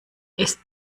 ist